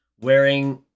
wearing